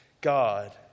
God